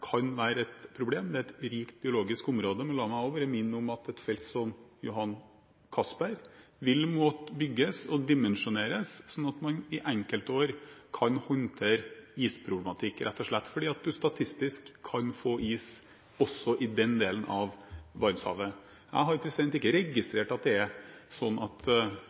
kan være et problem. Det er et rikt biologisk område, men la meg bare minne om at et felt som Johan Castberg vil måtte bygges og dimensjoneres slik at man enkelte år kan håndtere isproblematikk, rett og slett fordi man statistisk kan få is også i den delen av Barentshavet. Jeg har ikke registrert at det er slik at